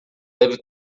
deve